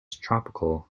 tropical